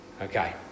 Okay